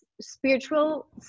spiritual